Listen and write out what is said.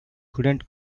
couldn’t